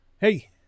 Hey